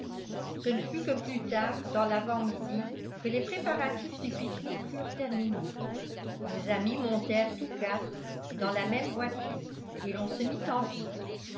ce ne fut que plus tard dans lavant midi que les préparatifs du pique-nique furent terminés nos amis montèrent tous quatre dans la même voiture et l'on se mit en route